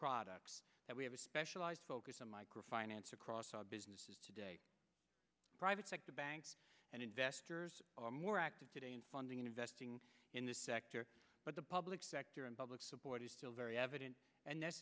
products that we have a specialized focus on micro finance across all businesses today private sector banks and investors are more active today in funding and investing in this sector but the public sector and public support is still very evident and